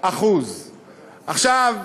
עכשיו,